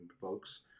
folks